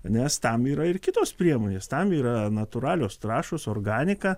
nes tam yra ir kitos priemonės tam yra natūralios trąšos organika